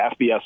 FBS